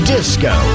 Disco